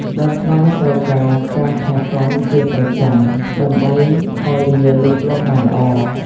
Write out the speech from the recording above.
ដើមស្វាយត្រូវការការថែទាំជាប្រចាំដើម្បីឲ្យវាលូតលាស់បានល្អ។